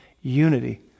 unity